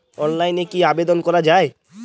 অনলাইনে কি আবেদন করা য়ায়?